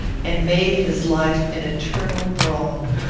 and made his life an eternal brawl.